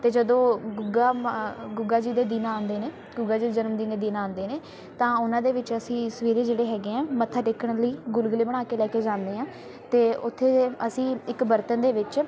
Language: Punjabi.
ਅਤੇ ਜਦੋਂ ਗੁੱਗਾ ਮਾ ਗੁੱਗਾ ਜੀ ਦੇ ਦਿਨ ਆਉਂਦੇ ਨੇ ਗੁੱਗਾ ਜੀ ਜਨਮ ਦਿਨ ਦੇ ਦਿਨ ਆਉਂਦੇ ਨੇ ਤਾਂ ਉਹਨਾਂ ਦੇ ਵਿੱਚ ਅਸੀਂ ਸਵੇਰੇ ਜਿਹੜੇ ਹੈਗੇ ਆ ਮੱਥਾ ਟੇਕਣ ਲਈ ਗੁਲਗੁਲੇ ਬਣਾ ਕੇ ਲੈ ਕੇ ਜਾਂਦੇ ਹਾਂ ਅਤੇ ਉੱਥੇ ਅਸੀਂ ਇੱਕ ਬਰਤਨ ਦੇ ਵਿੱਚ